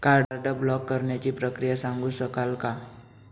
Card block करण्याची प्रक्रिया सांगू शकाल काय?